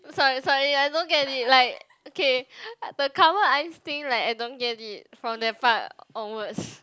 sorry sorry I don't get it like okay the cover eyes thing like I don't get it from that part onwards